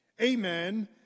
amen